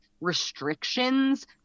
restrictions